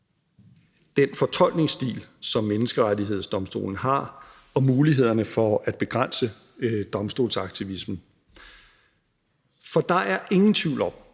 den fortolkningsstil, som Menneskerettighedsdomstolen har, og mulighederne for at begrænse domstolsaktivismen. Jeg skal nok